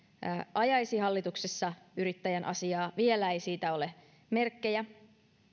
ajaisi hallituksessa yrittäjän asiaa vielä ei siitä ole merkkejä